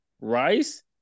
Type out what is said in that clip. Rice